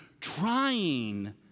trying